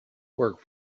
work